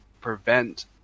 prevent